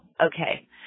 Okay